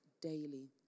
daily